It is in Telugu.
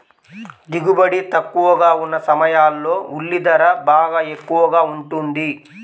దిగుబడి తక్కువగా ఉన్న సమయాల్లో ఉల్లి ధర బాగా ఎక్కువగా ఉంటుంది